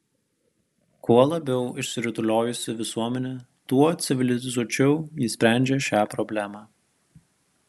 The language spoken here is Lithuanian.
kuo labiau išsirutuliojusi visuomenė tuo civilizuočiau ji sprendžia šią problemą